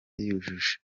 yujuje